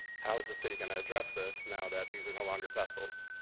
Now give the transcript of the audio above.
how is the city going to address this now that these are no longer vessels?